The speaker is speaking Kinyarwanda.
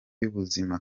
y’ubuzima